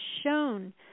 shown